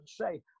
say